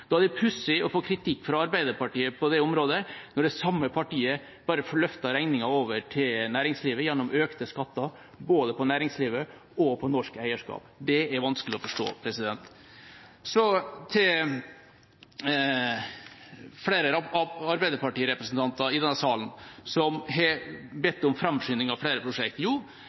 Da er det pussig å få kritikk fra Arbeiderpartiet på det området, når det samme partiet bare får løftet regninga over til næringslivet gjennom økte skatter både på næringslivet og på norsk eierskap. Det er vanskelig å forstå. Så til flere arbeiderpartirepresentanter i denne salen som har